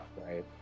right